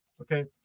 Okay